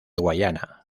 guayana